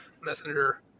Messenger